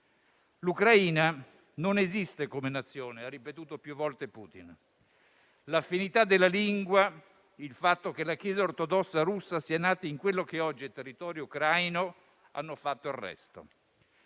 l'Ucraina non esiste come Nazione. L'affinità della lingua, il fatto che la Chiesa ortodossa russa sia nata in quello che oggi è il territorio ucraino hanno fatto il resto